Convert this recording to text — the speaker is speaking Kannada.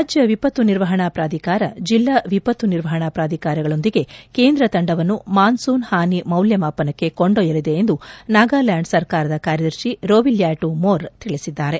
ರಾಜ್ಯ ವಿಪತ್ತು ನಿರ್ವಹಣಾ ಪ್ರಾಧಿಕಾರ ಬೆಲ್ಲಾ ವಿಪತ್ತು ನಿರ್ವಹಣಾ ಪ್ರಾಧಿಕಾರಗಳೊಂದಿಗೆ ಕೇಂದ್ರ ತಂಡವನ್ನು ಮಾನ್ಲೂನ್ ಹಾನಿ ಮೌಲ್ಯ ಮಾಪನಕ್ಕೆ ಕೊಂಡೊಯ್ಬಲಿದೆ ಎಂದು ನಾಗಾಲ್ಹಾಂಡ್ ಸರ್ಕಾರದ ಕಾರ್ಡದರ್ಶಿ ರೋವಿಲ್ಹಾಟು ಮೋರ್ ತಿಳಿಸಿದ್ದಾರೆ